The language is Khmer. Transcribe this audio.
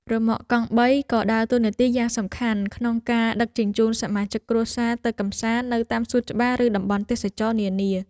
រ៉ឺម៉កកង់បីក៏ដើរតួនាទីយ៉ាងសំខាន់ក្នុងការដឹកជញ្ជូនសមាជិកគ្រួសារទៅកម្សាន្តនៅតាមសួនច្បារឬតំបន់ទេសចរណ៍នានា។